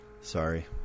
sorry